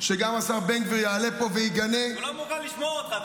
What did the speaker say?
שגם השר בן גביר יעלה פה ויגנה -- הוא לא מוכן לשמוע אותך,